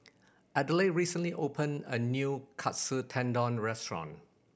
Adelaide recently opened a new Katsu Tendon Restaurant